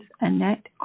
Annette